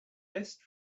best